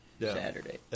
Saturday